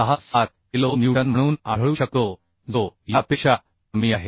67 kilo newton म्हणून आढळू शकतो जो यापेक्षा कमी आहे